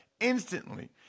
instantly